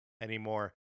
anymore